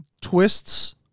twists